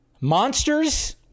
Monsters